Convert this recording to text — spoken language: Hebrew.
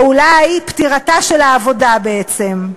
או אולי פטירתה של העבודה בעצם.